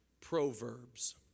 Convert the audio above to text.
Proverbs